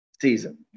season